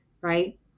right